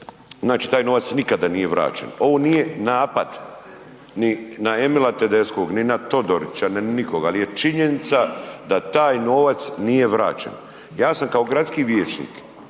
znači taj novac nikada nije vraćen, ovo nije napad ni na Emila Tedeskog, ni na Todorića, ni na nikoga, al je činjenica da taj novac nije vraćen. Ja sam kao gradski vijećnik